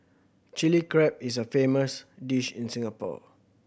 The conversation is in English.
Chilli Crab is a famous dish in Singapore